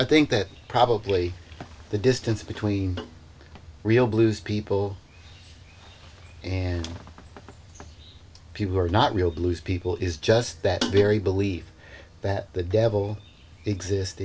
i think that probably the distance between real blues people and people who are not real blues people is just that very belief that the devil exist